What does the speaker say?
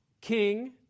king